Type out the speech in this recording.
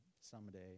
someday